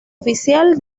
oficial